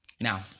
Now